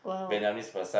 Vietnamese massage